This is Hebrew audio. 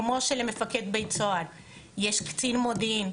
כמו שלמפקד בית סוהר יש קצין מודיעין,